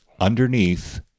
underneath